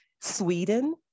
Sweden